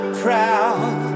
proud